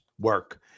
work